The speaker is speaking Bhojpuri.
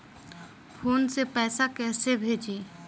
फोन से पैसा कैसे भेजी?